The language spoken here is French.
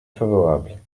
favorable